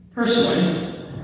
Personally